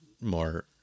more